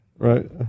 Right